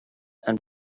and